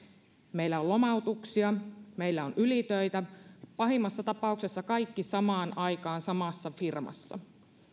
meillä on lomautuksia meillä on ylitöitä pahimmassa tapauksessa kaikki samaan aikaan samassa firmassa